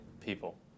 people